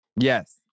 Yes